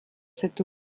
cette